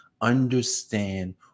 understand